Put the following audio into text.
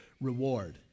reward